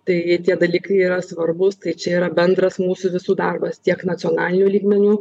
taigi tie dalykai yra svarbūs tai čia yra bendras mūsų visų darbas tiek nacionaliniu lygmeniu